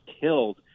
killed